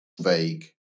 vague